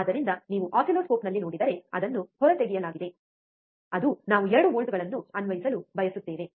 ಆದ್ದರಿಂದ ನೀವು ಆಸಿಲ್ಲೋಸ್ಕೋಪ್ನಲ್ಲಿ ನೋಡಿದರೆ ಅದನ್ನು ಹೊರತೆಗೆಯಲಾಗುತ್ತದೆ ಅದು ನಾವು 2 ವೋಲ್ಟ್ಗಳನ್ನು ಅನ್ವಯಿಸಲು ಬಯಸುತ್ತೇವೆ